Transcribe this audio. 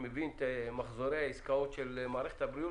שמבין את מחזורי העסקאות של מערכת הבריאות,